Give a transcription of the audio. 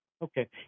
Okay